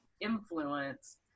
influence